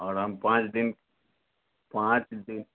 आओर हम पाँच दिन पाँच दिन